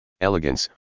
Elegance